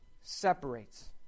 separates